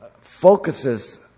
focuses